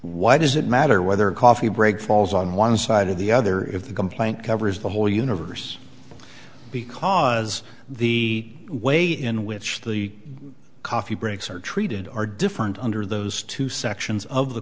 why does it matter whether a coffee break falls on one side of the other if the complaint covers the whole universe because the way in which the coffee breaks are treated are different under those two sections